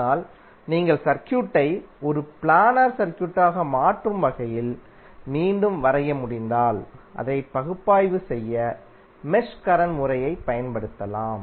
ஆனால் நீங்கள் சர்க்யூட்டை ஒரு பிளானர் சர்க்யூட்டாக மாற்றும் வகையில் மீண்டும் வரைய முடிந்தால் அதை பகுப்பாய்வு செய்ய மெஷ் கரண்ட் முறையைப் பயன்படுத்தலாம்